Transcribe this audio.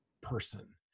person